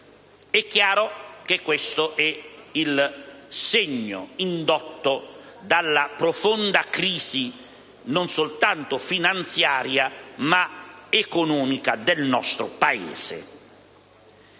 È chiaro che questo è il segno indotto dalla profonda crisi, non soltanto finanziaria, ma economica del nostro Paese.